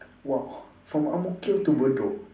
!wow! from ang mo kio to bedok